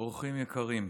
אורחים יקרים,